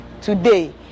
Today